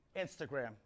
Instagram